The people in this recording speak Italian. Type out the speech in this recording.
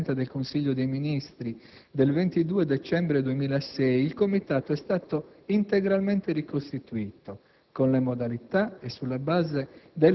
Infine, con decreto del Presidente del Consiglio dei ministri del 22 dicembre 2006, il Comitato è stato integralmente ricostituito,